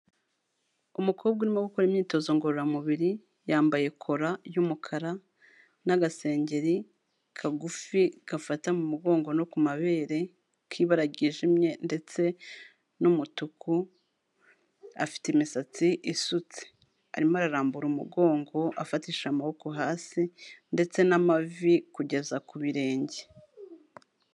Umukobwa urimo gukora imyitozo ngororamubiri, yambaye kora y'umukara n'agasengeri kagufi gafata mu mugongo no ku mabere k'ibara ryijimye ndetse n'umutuku, afite imisatsi isutse, arimo ararambura umugongo afatishije amaboko hasi ndetse n'amavi kugeza ku birenge.